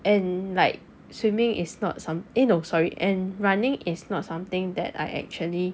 and like swimming is not some~ eh no sorry and running is not something that I actually